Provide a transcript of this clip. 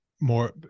more